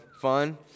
Fun